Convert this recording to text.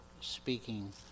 speaking